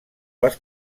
les